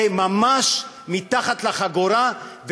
זה ממש מתחת לחגורה,